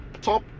top